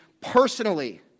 personally